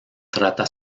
trata